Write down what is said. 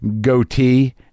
goatee